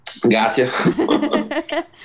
gotcha